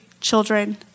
children